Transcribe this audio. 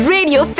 Radio